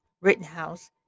Rittenhouse